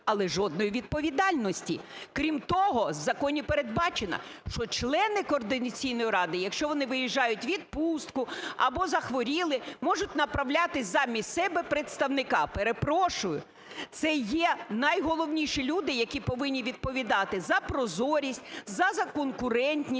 Але жодної відповідальності. Крім того, з законів передбачено, що члени Координаційної ради, якщо вони виїжджають в відпустку або захворіли, можуть направляти замість себе представника. Перепрошую, це є найголовніші люди, які повинні відповідати за прозорість, за конкурентність,